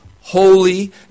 holy